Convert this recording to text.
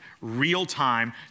real-time